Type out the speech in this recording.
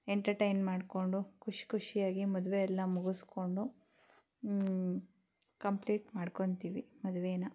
entertain ಮಾಡಿಕೊಂಡು ಖುಷಿ ಖುಷಿಯಾಗಿ ಮದುವೆಯೆಲ್ಲ ಮುಗಿಸ್ಕೊಂಡು ಕಂಪ್ಲೀಟ್ ಮಾಡ್ಕೊತೀವಿ ಮದುವೆನ